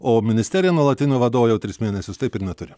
o ministerija nuolatinio vadovo jau tris mėnesius taip ir neturi